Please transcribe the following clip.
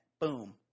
Boom